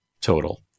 total